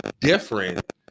different